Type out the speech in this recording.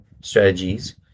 strategies